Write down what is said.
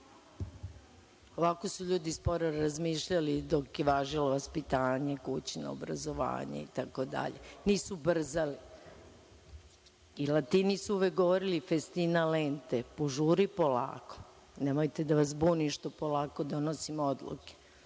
su ljudi sporo razmišljali dok je važilo kućno vaspitanje, obrazovanje itd. Nisu brzali. Latini su uvek govorili „festina lente“ – požuri polako. Nemojte da me zbuni što polako donosim odluke.